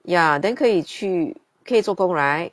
ya then 可以去可以做工 right